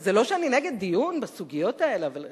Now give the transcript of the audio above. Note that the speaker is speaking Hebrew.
זה לא שאני נגד דיון בסוגיות האלה, אבל,